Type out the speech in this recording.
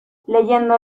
leyendo